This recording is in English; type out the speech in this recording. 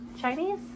Chinese